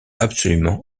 absolument